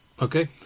okay